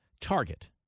Target